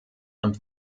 und